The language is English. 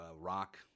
rock –